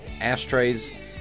ashtrays